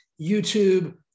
YouTube